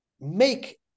make